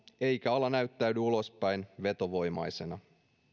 eikä ala näyttäydy ulospäin vetovoimaisena